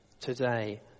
today